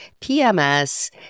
PMS